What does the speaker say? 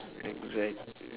exactl~